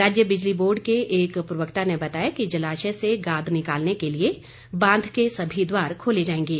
राज्य बिजली बोर्ड के एक प्रवक्ता ने बताया कि जलाशय से गाद निकालने के लिये बांध के सभी द्वार खोले जाएंगे